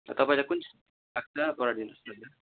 तपाईँलाई कुन चाहिँ इच्छा लाग्छ गराइदिनोस् न अन्त